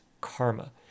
karma